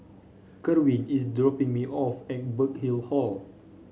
Kerwin is dropping me off at Burkill Hall